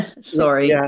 Sorry